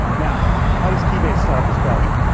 now how does keybase solve this problem?